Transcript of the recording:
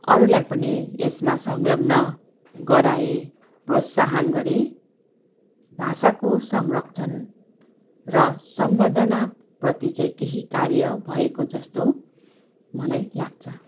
अरूलाई पनि यसमा संलग्न गराए प्रोत्साहान गरे भाषाको संरक्षण र संवर्दनाप्रति चाहिँ केही कार्य भएको जस्तो मलाई लाग्छ